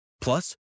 Plus